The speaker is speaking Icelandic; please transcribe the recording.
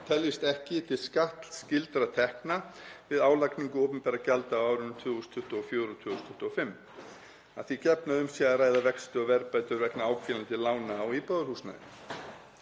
teljist ekki til skattskyldra tekna við álagningu opinberra gjalda á árunum 2024 og 2025, að því gefnu að um sé að ræða vexti og verðbætur vegna áhvílandi lána á íbúðarhúsnæði.